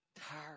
tired